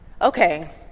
Okay